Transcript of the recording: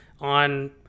on